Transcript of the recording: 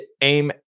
aim